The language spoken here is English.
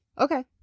okay